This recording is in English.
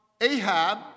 Ahab